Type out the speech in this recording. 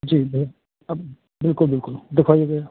जी भैया अब बिल्कुल बिल्कुल दिखवाइए भैया